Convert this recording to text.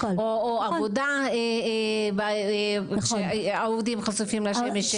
או על העובדה שהעובדים חשופים לשמש.